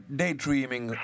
daydreaming